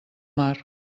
mar